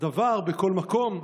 דבר בכל מקום?